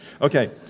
Okay